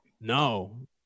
No